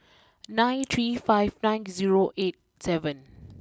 nine three five nine zero eight seven